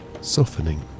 softening